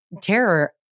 terror